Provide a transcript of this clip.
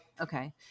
okay